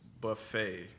buffet